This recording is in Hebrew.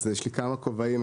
אז יש לי כמה כובעים.